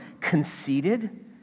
conceited